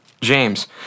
James